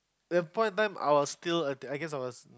that point of time I was still a I guess I was